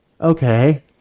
Okay